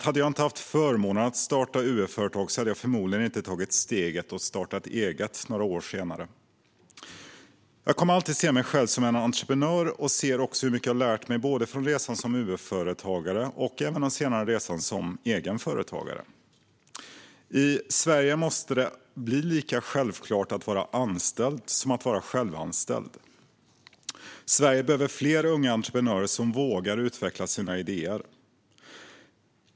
Hade jag inte haft förmånen att få starta UF-företag hade jag förmodligen inte tagit steget och startat eget några år senare. Jag kommer alltid att se mig själv som entreprenör. Jag ser också hur mycket jag lärt mig av både resan som UF-företagare och den senare resan som egen företagare. I Sverige måste det bli lika självklart att vara självanställd som att vara anställd. Sverige behöver fler unga entreprenörer som vågar utveckla sina idéer.